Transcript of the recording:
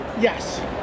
yes